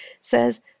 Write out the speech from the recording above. says